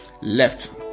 left